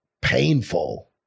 painful